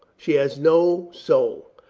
she has no soul.